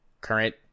current